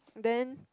then